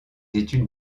études